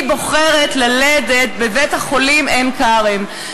בוחרת ללדת בבית-החולים "הדסה עין-כרם",